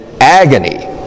agony